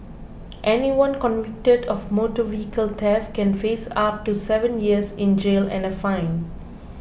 anyone convicted of motor vehicle theft can face up to seven years in jail and a fine